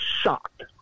shocked